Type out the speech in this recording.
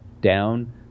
down